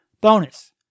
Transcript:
bonus